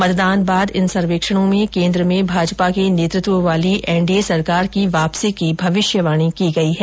मतदान बाद इन सर्वेक्षणों में केंद्र में भाजपा के नेतृत्व वाली एनडीए सरकार की वापसी की भविष्यवाणी की गई है